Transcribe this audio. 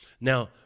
Now